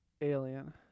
alien